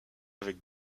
avec